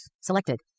Selected